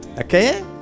Okay